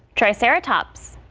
triceratops.